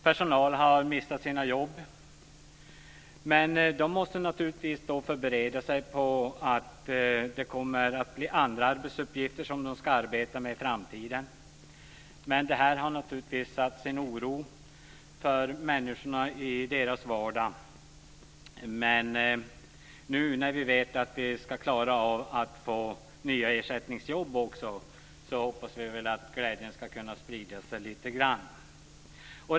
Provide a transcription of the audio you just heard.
Personal har mist sina jobb, och de måste naturligtvis förbereda sig på att få andra arbetsuppgifter i framtiden. Detta har naturligtvis präglat människors vardag med oro. Nu när vi vet att vi ska klara av att få nya ersättningsjobb, hoppas vi att glädjen ska kunna sprida sig lite grann.